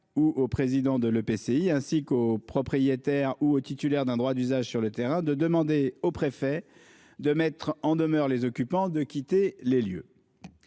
intercommunale (EPCI), ainsi qu'au propriétaire et au titulaire d'un droit d'usage sur le terrain, de demander au préfet de mettre en demeure les occupants de quitter les lieux.